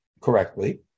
correctly